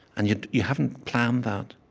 and you you haven't planned that.